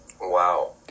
Wow